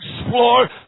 explore